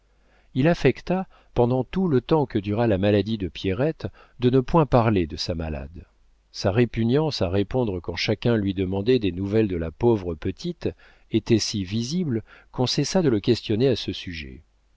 il affecta pendant tout le temps que dura la maladie de pierrette de ne point parler de sa malade la répugnance à répondre quand chacun lui demandait des nouvelles de la pauvre petite était si visible qu'on cessa de le questionner à ce sujet